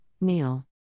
Neil